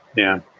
yeah